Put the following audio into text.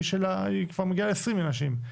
היא כבר מגיעה ל-20 אנשים.